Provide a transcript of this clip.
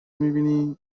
میبینی